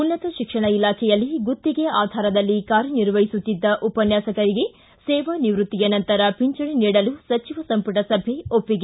ಉನ್ನತ ಶಿಕ್ಷಣ ಇಲಾಖೆಯಲ್ಲಿ ಗುತ್ತಿಗೆ ಆಧಾರದಲ್ಲಿ ಕಾರ್ಯನಿರ್ವಹಿಸುತ್ತಿದ್ದ ಉಪನ್ಯಾಸಕರಿಗೆ ಸೇವಾ ನಿವೃತ್ತಿಯ ನಂತರ ಪಿಂಚಣಿ ನೀಡಲು ಸಚಿವ ಸಂಪುಟ ಸಭೆ ಒಪ್ಪಿಗೆ